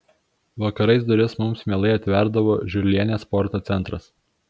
vakarais duris mums mielai atverdavo žiurlienės sporto centras